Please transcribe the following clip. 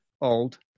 old